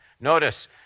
Notice